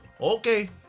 Okay